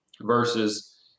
versus